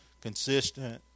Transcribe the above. Consistent